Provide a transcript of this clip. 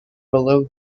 below